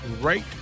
right